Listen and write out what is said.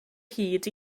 hyd